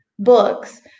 books